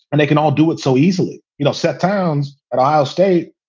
and they can all do it so easily, you know, set towns. and i'll state,